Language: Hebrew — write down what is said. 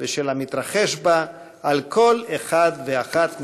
ושל המתרחש בה על כל אחד ואחת מאתנו.